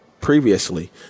previously